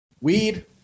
Weed